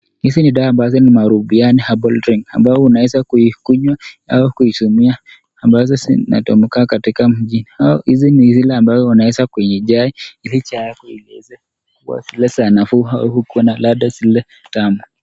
Hizi ni dawa ambazo ni muarubaini herbal drink ambayo unaweza kuikunywa au kuitumia ambazo zinatoka katika mjii, au hizi zile ambao unaweza kueka kwenye chai. ili chai yako iweze kuwa zil zae nafuu au kuwa na ladha zile tamu.